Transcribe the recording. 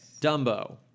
Dumbo